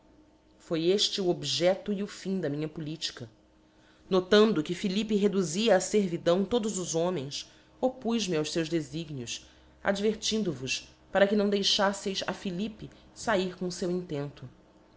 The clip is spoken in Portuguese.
foi efte o objeélo e o fim da minha politica notando que philippe reduzia á fervidão todos os homens oppuz me aos feus defignios advertindo vos para que não deixaíteis a philippe fair com o feu intento